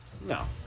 No